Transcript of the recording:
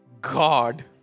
God